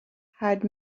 had